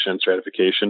stratification